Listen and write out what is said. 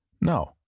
No